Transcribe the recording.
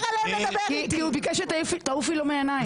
הוא ביקש שתעופי לו מהעיניים.